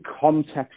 context